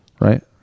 right